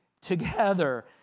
together